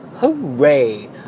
Hooray